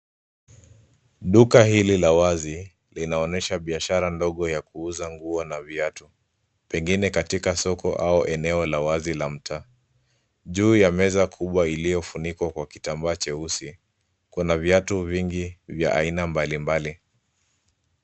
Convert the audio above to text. Duka hili la wazi linaonyesha biashara ndogo ya kuuza nguo ya viatu, pengine katika soko au eneo la wazi la mtaa. Juu ya meza kubwa iliyofunikwa kwa kitambaa cheusi, kuna viatu vingi vya aina mbalimbali.